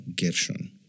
Gershon